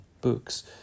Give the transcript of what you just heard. books